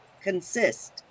consist